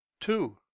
two